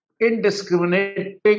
indiscriminating